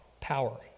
power